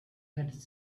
had